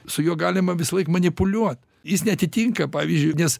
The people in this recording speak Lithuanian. su juo galima visąlaik manipuliuot jis neatitinka pavyzdžiui nes